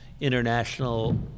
international